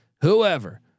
whoever